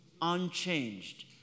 unchanged